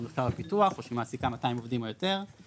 מחקר ופיתוח או שהיא מעסיקה 200 עובדים או יותר,